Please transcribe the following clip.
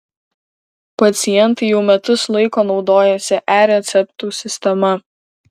pacientai jau metus laiko naudojasi e receptų sistema